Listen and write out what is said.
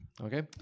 Okay